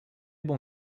bon